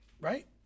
right